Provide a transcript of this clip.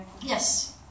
Yes